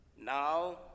Now